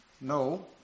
No